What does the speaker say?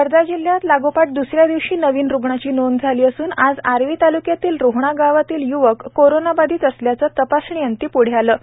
वर्धा जिल्ह्यात लागोपाठ द्सऱ्या दिवशी नवीन रुग्णाची नोंद झाली असून आज आर्वी तालुक्यातील रोहणा गावातील य्वक कोरोना बाधित असल्याचे तापासणीअंती प्ढे आले आहे